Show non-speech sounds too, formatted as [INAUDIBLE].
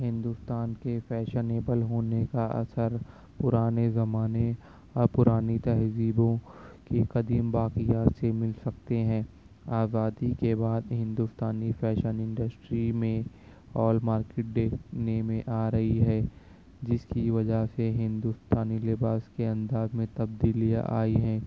ہندوستان کے fashionable ہونے کا اثر پرانے زمانے اور پرانی تہذیبوں کی قدیم باقیات سے مل سکتے ہیں آبادی کے بعد ہندوستانی فیشن انڈسٹری میں اور مارکیٹ [UNINTELLIGIBLE] میں آ رہی ہے جس کی وجہ سے ہندوستانی لباس کے انداز میں تبدیلی آئی ہے